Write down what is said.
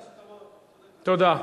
תודה.